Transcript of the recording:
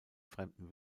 fremden